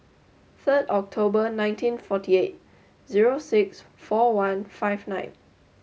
third October ninety forty eight zero six four one five nine